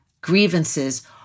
grievances